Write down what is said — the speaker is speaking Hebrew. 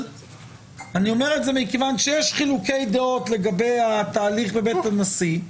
אני אומר את זה כיוון שיש חילוקי דעות לגבי התהליך בבית הנשיא,